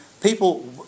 people